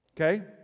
Okay